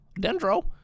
Dendro